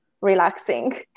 relaxing